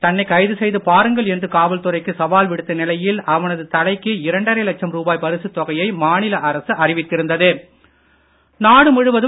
தன்னை கைது செய்து பாருங்கள் என்று காவல்துறைக்கு சவால் விடுத்த நிலையில் அவனது தலைக்கு இரண்டரை லட்சம் ரூபாய் பரிசுத் தொகையை மாநில அரசு அறிவித்திருந்தது